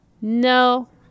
No